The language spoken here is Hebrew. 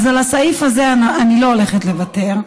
על הסעיף הזה אני לא הולכת לוותר,